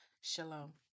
Shalom